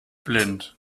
blind